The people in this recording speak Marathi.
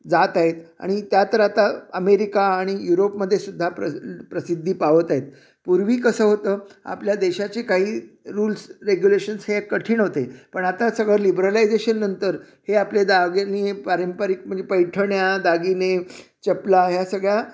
जात आहेत आणि त्या तर आता अमेरिका आणि युरोपमध्ये सुद्धा प्रसि प्रसिद्धी पावत आहेत पूर्वी कसं होतं आपल्या देशाचे काही रुल्स रेग्युलेशन्स हे कठीण होते पण आता सगळं लिबरलायझेशननंतर हे आपले दागिने पारंपरिक म्हणजे पैठण्या दागिने चपला ह्या सगळ्या